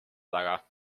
taga